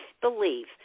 believe